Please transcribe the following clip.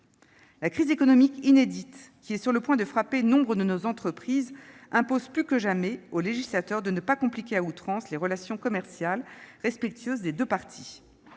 La crise économique inédite, qui est sur le point de frapper nombre de nos entreprises, impose plus que jamais au législateur de ne pas compliquer à outrance les relations commerciales respectueuses des deux parties.